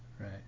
Right